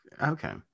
Okay